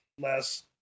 last